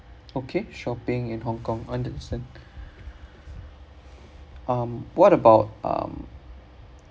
okay shopping in hong kong understand um what about um